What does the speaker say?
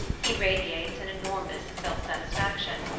he radiates an enormous self-satisfaction,